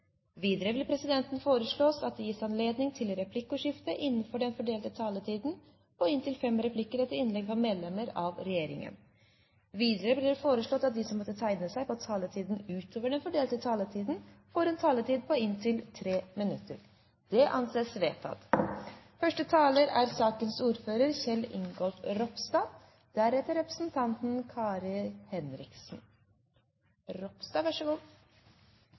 Videre vil presidenten foreslå at det gis anledning til replikkordskifte på inntil fem replikker med svar etter innlegg fra medlem av regjeringen innenfor den fordelte taletid. Videre blir det foreslått at de som måtte tegne seg på talerlisten utover den fordelte taletid, får en taletid på inntil 3 minutter. – Det anses vedtatt. Første taler er representanten Torbjørn Røe Isaksen, sakens ordfører,